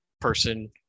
person